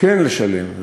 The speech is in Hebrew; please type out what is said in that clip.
כן לשלם,